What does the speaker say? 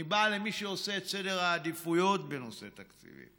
אני בא בטענות למי שעושה את סדר העדיפויות בנושא תקציבים.